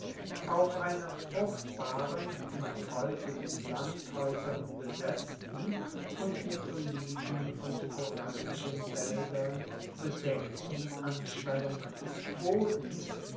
auf einer fruchtbaren noch heute mit landhaeusern besetzten und mit oliven und orangenwaeldern bedeckten anschwellung des bodens